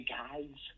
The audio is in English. guys